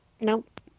Nope